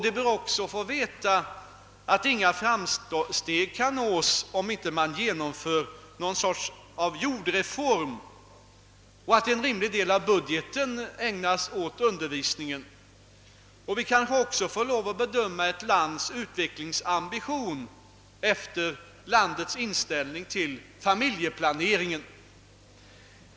De bör också få veta att inga framsteg kan nås, om man inte genomför någon sorts jordreform och inte en rimlig del av .budgeten ägnas åt undervisningen. Vi kanske också får lov att bedöma ett lands utvecklingsambition efter landets inställning till familjeplaneringen.